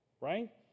right